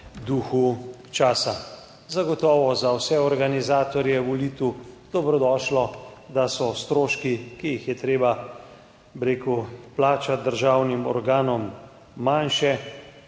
duhu časa. Zagotovo je za vse organizatorje volitev dobrodošlo, da so stroški, ki jih je treba, bi rekel, plačati državnim organom, manjši.